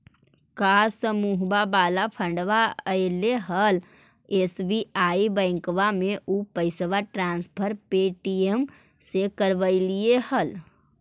का समुहवा वाला फंडवा ऐले हल एस.बी.आई बैंकवा मे ऊ पैसवा ट्रांसफर पे.टी.एम से करवैलीऐ हल?